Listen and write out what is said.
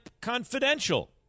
Confidential